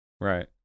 Right